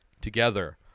together